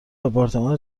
آپارتمان